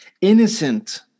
innocent